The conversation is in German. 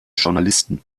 journalisten